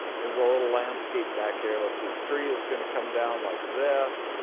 here's a little landscape back here. let's see, the tree is gonna come down like this,